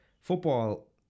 football